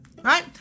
Right